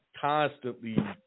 constantly